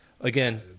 Again